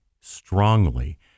strongly